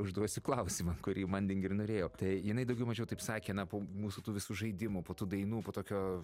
užduosiu klausimą kurį manding ir norėjau tai jinai daugiau mažiau taip sakė na po mūsų tų visų žaidimų po tų dainų po tokio